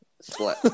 Split